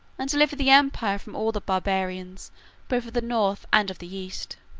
and deliver the empire from all the barbarians both of the north and of the east.